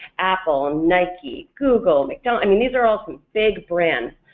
apple, and nike, google, mcdonald's, i mean these are all some big brands.